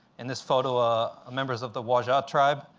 in this photo, ah members of the waura ah tribe,